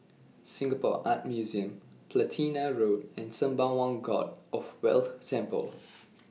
Singapore Art Museum Platina Road and Sembawang God of Wealth Temple